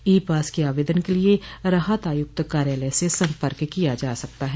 ई pass के आवेदन के लिये राहत आयुक्त कार्यालय से सम्पर्क किया जा सकता है